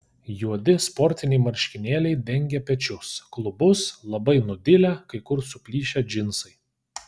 juodi sportiniai marškinėliai dengė pečius klubus labai nudilę kai kur suplyšę džinsai